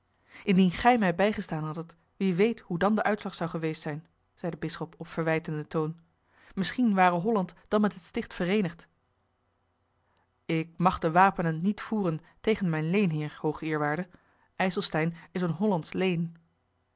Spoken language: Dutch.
indien gij mij bijgestaan hadden wie weet hoe dan de uitslag zou geweest zijn zei de bisschop op verwijtenden toon misschien ware holland dan met het sticht vereenigd ik mag de wapenen niet voeren tegen mijn leenheer hoogeerwaarde ijselstein is een hollandsch leen